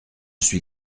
suis